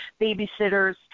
babysitters